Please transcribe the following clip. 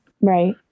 Right